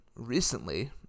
Recently